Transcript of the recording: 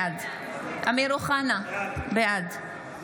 בעד אמיר אוחנה, בעד